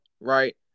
right